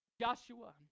Joshua